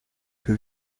que